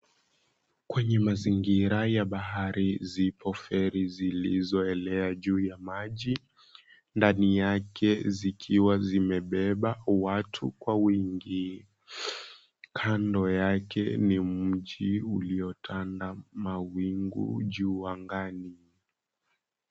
Kwenye mazingira ya bahari zipo feri zilizoelea juu ya maji ndani yake zikiwa zimebeba watu kwa wingi. Kando yake ni mji uliotanda mawingu juu angani.